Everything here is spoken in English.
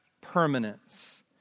permanence